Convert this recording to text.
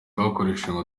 twakoresheje